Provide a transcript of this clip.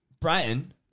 Brighton